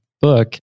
book